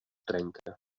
trenca